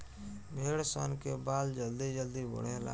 भेड़ सन के बाल जल्दी जल्दी बढ़ेला